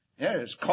Yes